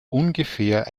ungefähr